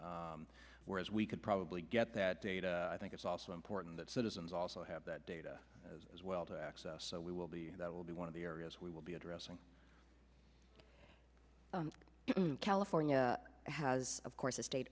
d where as we could probably get that data i think it's also important that citizens also have that data as well to access so we will be that will be one of the areas we will be addressing california has of course a state